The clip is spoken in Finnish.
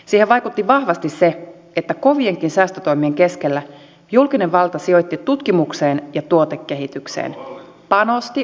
siihen vaikutti vahvasti se että kovienkin säästötoimien keskellä julkinen valta sijoitti tutkimukseen ja tuotekehitykseen panosti osaamiseen